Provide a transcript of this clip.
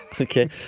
Okay